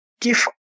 give